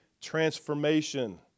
transformation